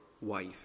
wife